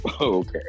okay